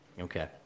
Okay